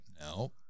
No